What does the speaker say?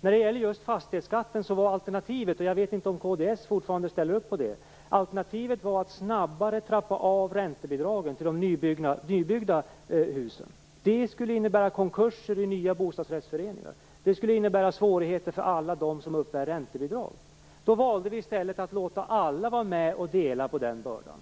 När det gäller just fastighetsskatten var alternativet - jag vet inte om Kristdemokraterna fortfarande ställer upp på det - att snabbare trappa av räntebidragen till de nybyggda husen. Det skulle innebära konkurser i nya bostadsrättsföreningar och svårigheter för alla som uppbär räntebidrag. Vi valde då i stället att låta alla vara med och dela på den bördan.